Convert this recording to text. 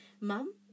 Mum